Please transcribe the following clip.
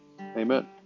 Amen